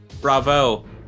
Bravo